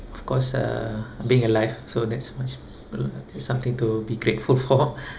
of course uh being alive so that's much is something to be grateful for